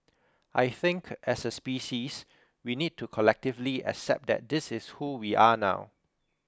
I think as a species we need to collectively accept that this is who we are now